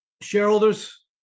Shareholders